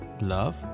love